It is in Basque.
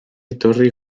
etorri